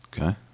Okay